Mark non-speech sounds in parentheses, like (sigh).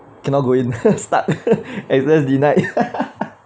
cannot go in (laughs) stuck access denied (laughs)